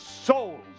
souls